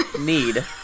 need